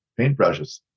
paintbrushes